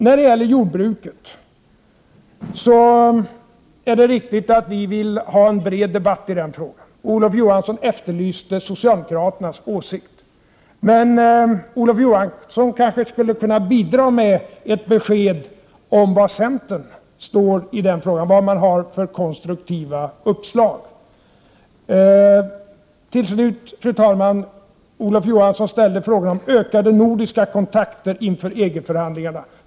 När det gäller jordbruket är det riktigt att vi vill ha en bred debatt i den frågan. Olof Johansson efterlyste socialdemokraternas åsikt, men Olof Johansson kanske själv skulle kunna bidra med ett besked om var centern står i den frågan, vad man har för konstruktiva uppslag. Till slut, fru talman: Olof Johansson ställde en fråga om ökade nordiska kontakter inför EG-förhandlingarna.